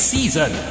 Season